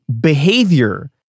behavior